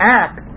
act